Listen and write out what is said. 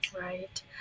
Right